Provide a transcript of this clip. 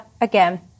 again